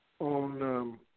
on